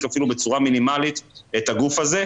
אפילו בצורה מינימלית את הגוף הזה.